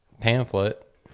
pamphlet